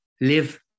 live